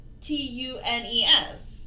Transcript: T-U-N-E-S